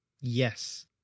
Yes